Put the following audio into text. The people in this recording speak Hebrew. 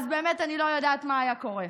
אז באמת אני לא יודעת מה היה קורה.